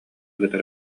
кытары